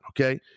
okay